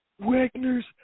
Wagner's